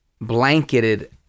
blanketed